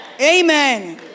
Amen